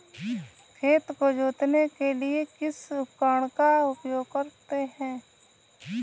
खेत को जोतने के लिए किस उपकरण का उपयोग करते हैं?